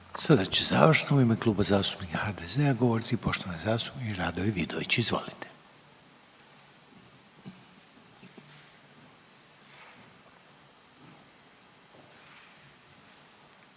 sad će završno u ime Kluba zastupnika HDZ-a govoriti poštovani zastupnik Siniša Jenkač. Izvolite.